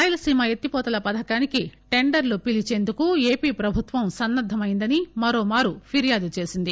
రాయలసీమ ఎత్తిపోతల పథకానికి టెండర్లు పిలీచేందుకు ఏపీ ప్రభుత్వం సన్న ద్దమైందని మరోమారు ఫిర్యాదు చేసింది